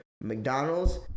McDonald's